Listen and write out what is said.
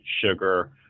sugar